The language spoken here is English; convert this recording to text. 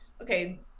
okay